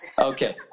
Okay